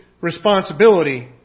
responsibility